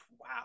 wow